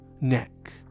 neck